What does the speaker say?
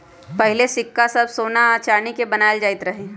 पहिले सिक्का सभ सोना आऽ चानी के बनाएल जाइत रहइ